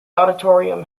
auditorium